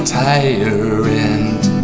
tyrant